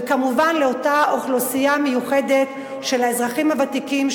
וכמובן לאותה אוכלוסייה מיוחדת של האזרחים הוותיקים,